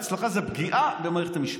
אצלך זה פגיעה במערכת המשפט.